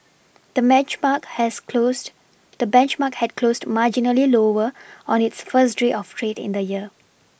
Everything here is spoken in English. the match mark has closed the benchmark had closed marginally lower on its first trade of trade in the year